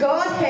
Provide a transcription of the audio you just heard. God